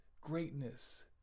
greatness